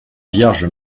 vierge